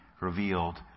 revealed